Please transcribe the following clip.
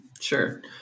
Sure